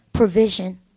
provision